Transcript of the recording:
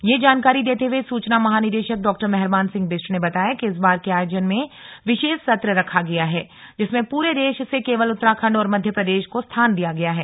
यह जानकारी देते हुए सूचना महानिदेशक डॉ मेहरबान सिंह बिष्ट ने बताया कि इस बार के आयोजन में विशेष सत्र रखा गया है जिसमें पूरे देश से केवल उत्तराखण्ड और मध्य प्रदेश को स्थान दिया गया है